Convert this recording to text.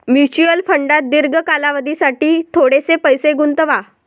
mutual फंडात दीर्घ कालावधीसाठी थोडेसे पैसे गुंतवा